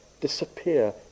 disappear